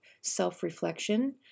self-reflection